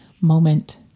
moment